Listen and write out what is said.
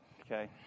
okay